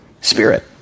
Spirit